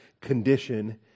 condition